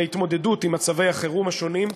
להתמודדות עם מצבי החירום השונים,